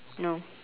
no